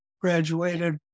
graduated